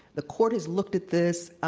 the court has looked at this,